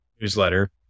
newsletter